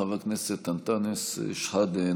חבר הכנסת אנטאנס שחאדה,